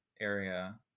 area